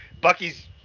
Bucky's